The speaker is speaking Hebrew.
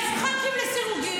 יש חברי הכנסת לסירוגין.